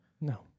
No